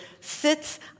sits